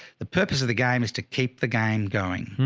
the purpose of the game is to keep the game going.